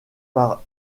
par